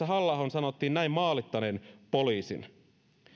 halla ahon sanottiin näin maalittaneen poliisin